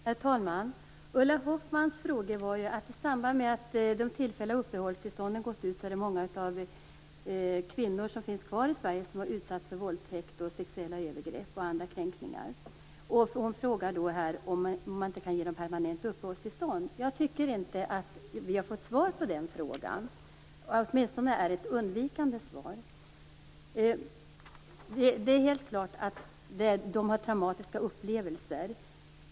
Herr talman! Ulla Hoffmanns frågor gällde att i samband med att tillfälliga uppehållstillstånd har gått ut, är det många kvinnor som finns kvar i Sverige som har utsatts för våldtäkt, sexuella övergrepp och andra kränkningar. Hon frågar om man inte kan ge dem permanent uppehållstillstånd. Jag tycker inte att vi har fått svar på den frågan. Åtminstone är det ett undvikande svar. Det är helt klart att kvinnorna har traumatiska upplevelser.